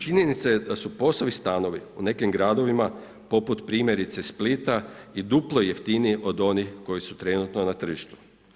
Činjenica je da su POS-ovi stanovi u nekim gradovima poput primjerice Splita i duplo jeftiniji od onih koji su trenutno na tržištu.